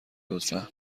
لطفا